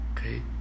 okay